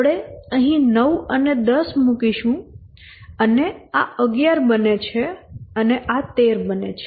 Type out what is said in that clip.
આપણે અહીં 9 અને 10 મૂકીશું અને આ 11 બને છે અને આ 13 બને છે